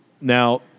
Now